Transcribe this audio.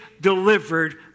delivered